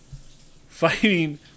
fighting